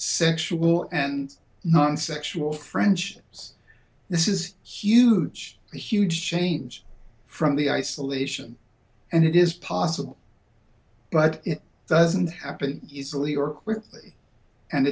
sexual and non sexual friendships this is huge huge change from the isolation and it is possible but it doesn't happen easily or quickly and